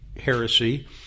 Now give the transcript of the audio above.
heresy